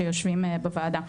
שיושבים בוועדה,